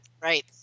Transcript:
Right